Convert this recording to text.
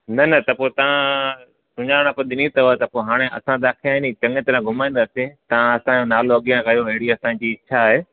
न न त पोइ तव्हां सुञाणप ॾिनी अथव त पोइ हाणे असां तव्हांखे आहे नी चङे तरह घुमाईंदासीं तव्हां असांजो नालो अॻियां कयो इहे बि असांजी इच्छा आहे